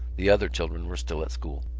the other children were still at school.